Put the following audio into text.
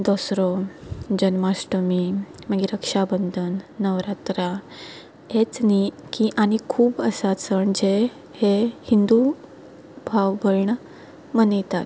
दसरो जन्माश्ठमी मागीर रक्षाबंदन नवरात्रा हेंच न्ही की आनी खूब आसा सण जे हे हिंदू भाव भयण मनयतात